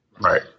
Right